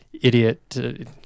idiot